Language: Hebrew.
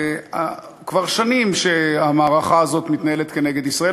כבר שנים המערכה הזאת מתנהלת נגד ישראל,